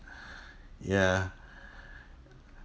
ya